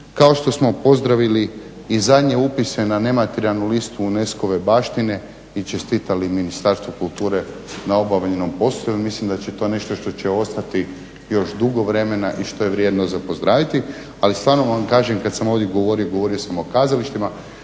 kao što smo pozdravili i zadnje upise na nematerijalnu listu UNESCO-ve baštine i čestitali Ministarstvu kulture na obavljenom poslu, jer mislim da je to nešto što će ostati još dugo vremena i što je vrijedno za pozdraviti. Ali stvarno vam kažem kad sam ovdje govorio, govorio sam o kazalištima.